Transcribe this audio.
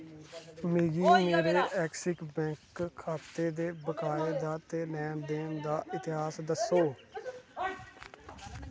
मिगी मेरे Axis bank खाते दे बकाए दा ते लैन देन दा इतिहास दस्सो